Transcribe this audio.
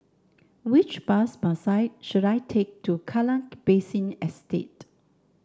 which bus bus I should I take to Kallang Basin Estate